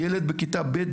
ילד בכיתה ב',